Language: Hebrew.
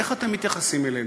איך אתם מתייחסים אלינו?